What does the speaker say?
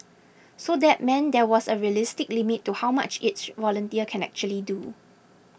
so that meant there was a realistic limit to how much each volunteer can actually do